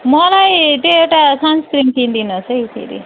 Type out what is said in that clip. मलाई त्यो एउटा सन्सक्रिम किनिदिनुहोस् है फेरि